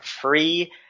free